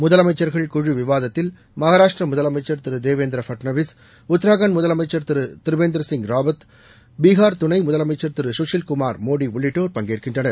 முதலமைச்சர்கள் குழு விவாதத்தில் மகாராஷ்டிர முதலமைச்சர் திரு தேவேந்திர ஃபட்னவிஸ் உத்ராகண்ட் முதலமைச்சர் திரு திருவேந்திர சிங் ராவத் பீகார் துணை முதலமைச்சர் திரு சுஷில்குமார் மோடி உள்ளிட்டோர் பங்கேற்கின்றனர்